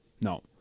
no